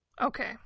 Okay